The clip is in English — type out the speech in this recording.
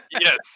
Yes